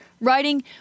writing